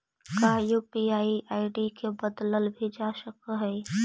का UPI ID के बदलल भी जा सकऽ हई?